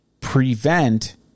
prevent